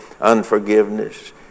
unforgiveness